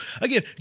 again